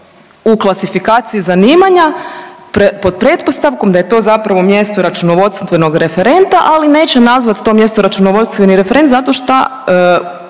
u klasifikaciji zanimanja pod pretpostavkom da je to zapravo mjesto računovodstvenog referenta, ali neće nazvati to mjesto računovodstveni referent zato što